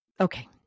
Okay